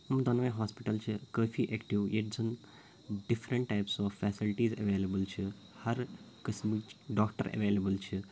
یِم دۄنوٕے ہوسپِٹَل چھِ کٲفی active different types of facilities available چھٕ ہَرٕ قٕسمٕچ ڈاکٹر ایویلبٕل چھِ